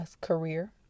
career